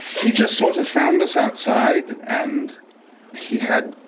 he just sort of found us outside. and he had,